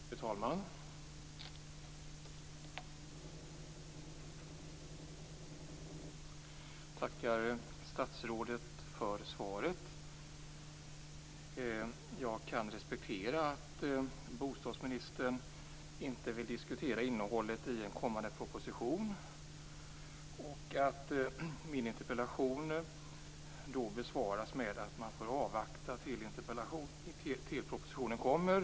Fru talman! Jag tackar statsrådet för svaret. Jag kan respektera att bostadsministern inte vill diskutera innehållet i en kommande proposition och att min interpellation då besvaras med att man får avvakta tills propositionen kommer.